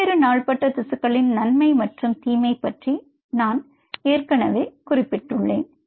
வெவ்வேறு நாள்பட்ட திசுக்களின் நன்மை மற்றும் தீமை பற்றி நான் ஏற்கனவே குறிப்பிட்டுள்ளேன்